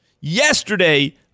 Yesterday